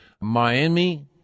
Miami